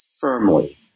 firmly